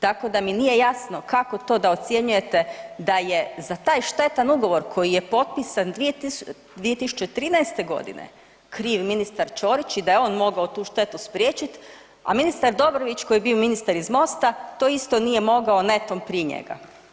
Tako da mi nije jasno kako to da ocjenjujete da je za taj štetan ugovor koji je potpisan 2013.g. kriv ministar Ćorić i da je on mogao tu štetu spriječit, a ministar Dobrović koji je bio ministar iz MOST-a to isto nije mogao netom prije njega.